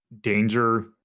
danger